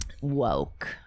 Woke